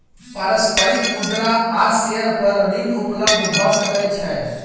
पारस्परिक मुद्रा आ शेयर पर ऋण उपलब्ध भ सकै छै